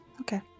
Okay